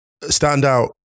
Standout